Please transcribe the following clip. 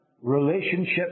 relationship